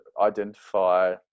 identify